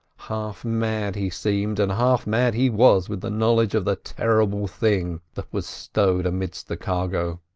half mad he seemed, and half mad he was with the knowledge of the terrible thing that was stowed amidst the cargo.